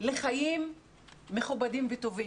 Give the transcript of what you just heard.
לחיים מכובדים וטובים.